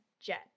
jet